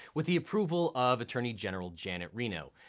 with the approval of attorney general janet reno.